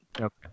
Okay